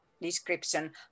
description